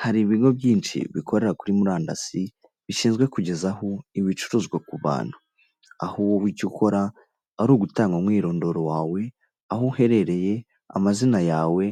Hari ibigo byinshi bikorera kuri murandasi bishinzwe kugeza aho ibicuruzwa ku bantu. Aho wowe icyo ukora ari ugutanga umwirondoro wawe, aho uherereye, amazina yawe